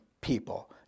people